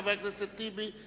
חבר הכנסת טיבי,